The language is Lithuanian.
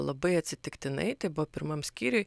labai atsitiktinai tai buvo pirmam skyriuj